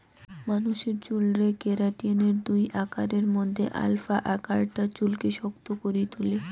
মানুষের চুলরে কেরাটিনের দুই আকারের মধ্যে আলফা আকারটা চুলকে শক্ত করি তুলে